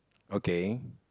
okay